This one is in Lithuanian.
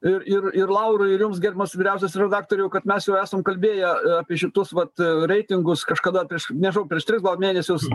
ir ir ir laurai ir jums gerbiamas vyriausiasis redaktoriau kad mes jau esam kalbėję apie šituos vat reitingus kažkada prieš nežinau prieš tris gal mėnesius